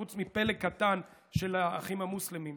חוץ מפלג קטן של האחים המוסלמים שם.